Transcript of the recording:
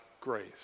grace